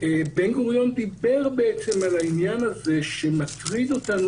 בן גוריון דיבר בעצם על העניין הזה שמטריד אותנו